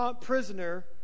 prisoner